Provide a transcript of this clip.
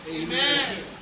Amen